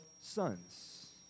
sons